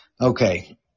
Okay